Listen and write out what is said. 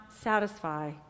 satisfy